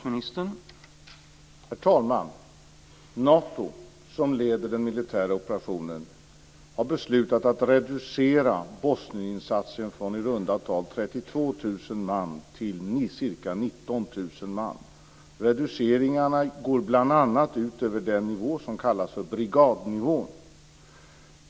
Herr talman! Nato, som leder den militära operationen, har beslutat att reducera Bosnieninsatsen från i runda tal 32 000 man till ca 19 000 man. Reduceringarna går bl.a. ut över den nivå som kallas brigadnivån.